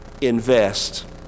invest